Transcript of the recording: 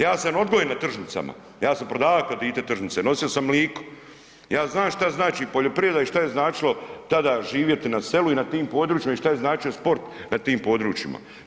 Ja sam odgojen na tržnicama, ja sam prodava ka dite tržnice, nosia sam mliko, ja znam šta znači poljoprivreda i šta je značilo tada živjeti na selu i na tim područjima i šta je značio sport na tim područjima.